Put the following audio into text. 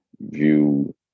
view